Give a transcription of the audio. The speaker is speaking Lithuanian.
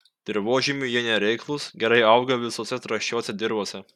dirvožemiui jie nereiklūs gerai auga visose trąšiose dirvose